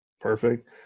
Perfect